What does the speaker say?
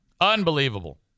Unbelievable